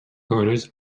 burners